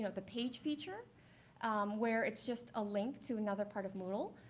you know the page feature where it's just a link to another part of moodle.